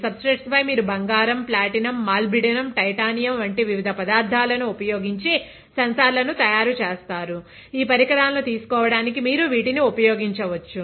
substrate పై మీరు బంగారం ప్లాటినం మాల్బిడ్డనం టైటానియం వంటి వివిధ పదార్థాలను ఉపయోగించి సెన్సార్ల ను తయారు చేస్తారు ఈ పరికరాలను తీసుకోవటానికి మీరు వీటిని ఉపయోగించవచ్చు